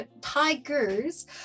Tigers